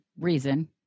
reason